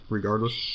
regardless